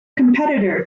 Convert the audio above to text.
competitor